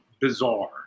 bizarre